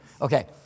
Okay